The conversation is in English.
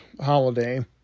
holiday